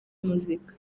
muzika